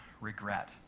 regret